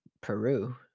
peru